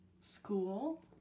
School